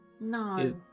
No